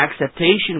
acceptation